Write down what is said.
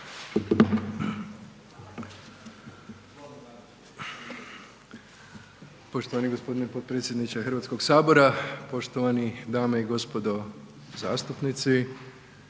Poštovani gospodine potpredsjedniče Hrvatskog sabora, poštovane dame i gospodo zastupnici.